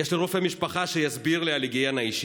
יש לי רופא משפחה שיסביר לי על היגיינה אישית.